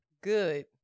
Good